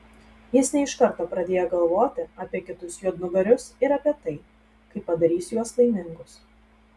jis ne iš karto pradėjo galvoti apie kitus juodnugarius ir apie tai kaip padarys juos laimingus